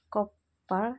Koppal